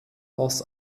aus